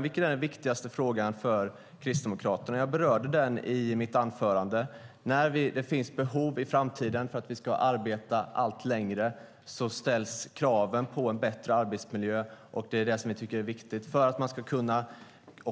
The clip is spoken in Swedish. Vilken är den viktigaste frågan för Kristdemokraterna? Jag berörde det i mitt anförande. När det i framtiden finns behov av att vi arbetar allt längre ökar kraven på en bättre arbetsmiljö. Det tycker vi är viktigt. För att man ska kunna